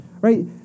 right